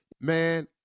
Man